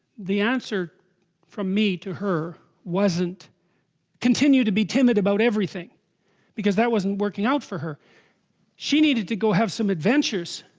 the answer from me to her wasn't continued to be timid about everything because that wasn't working out for her she needed to go have some adventures